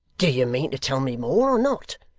do you mean to tell me more, or not